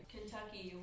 Kentucky